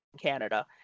Canada